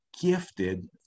gifted